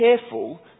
careful